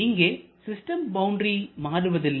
இங்கே system boundary மாறுவதில்லை